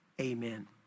Amen